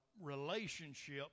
relationship